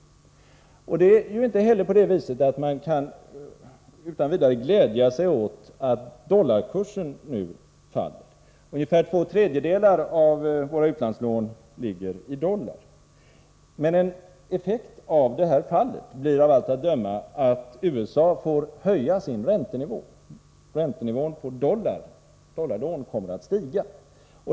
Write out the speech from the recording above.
Man kan inte heller utan vidare glädja sig åt att dollarkursen nu faller. Ungefär två tredjedelar av våra utlandslån ligger i dollar. Men en effekt av det här kursfallet blir av allt att döma att USA får höja sin räntenivå, och räntenivån på dollarlån kommer att stiga.